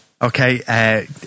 Okay